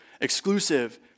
exclusive